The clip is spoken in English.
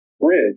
bridge